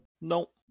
nope